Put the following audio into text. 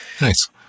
Nice